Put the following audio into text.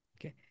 okay